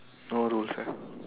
no rules ah